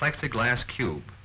plexiglas cube